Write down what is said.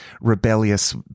rebellious